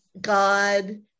God